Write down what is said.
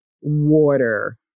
water